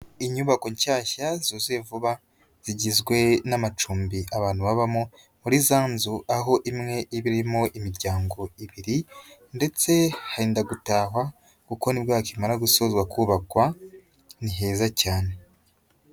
Inyubako nshyashya zuzuye vuba zigizwe n'amacumbi abantu babamo muri za nzu aho imwe iba irimo imiryango ibiri ndetse henda gutahwa kuko nibwo hakimara gusozwa kubakwa ni heza cyane.